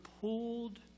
pulled